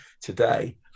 today